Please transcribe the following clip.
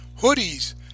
hoodies